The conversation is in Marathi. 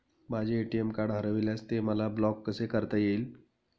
माझे ए.टी.एम कार्ड हरविल्यास ते मला ब्लॉक कसे करता येईल?